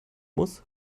muss